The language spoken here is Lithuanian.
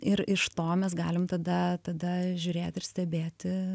ir iš to mes galim tada tada žiūrėt ir stebėti